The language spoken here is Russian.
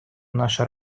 наша